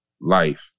life